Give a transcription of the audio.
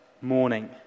morning